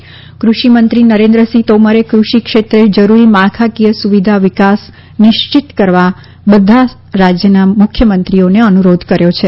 તોમર કૃષિ મંત્રી નરેન્દ્ર તોમરે કૃષિ ક્ષેત્રે જરૂરી માળખાકીંય સૂવિધા વિકાસ સૂનિશ્ચિત કરવા બધા રાજ્યનાં મુખ્યમંત્રીઓને અનુરોધ કર્યો છે